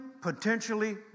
potentially